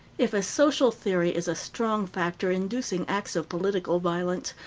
if a social theory is a strong factor inducing acts of political violence,